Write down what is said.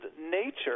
nature